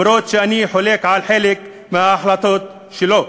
גם אם אני חולק על חלק מההחלטות שלו.